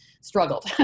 struggled